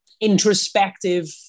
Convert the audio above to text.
introspective